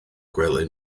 gwely